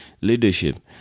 leadership